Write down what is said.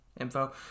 info